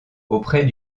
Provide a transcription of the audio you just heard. auprès